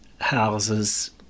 houses